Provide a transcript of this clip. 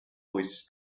voices